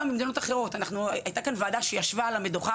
גם במדינות אחרות הייתה כאן ועדה שישבה על המדוכה